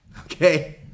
Okay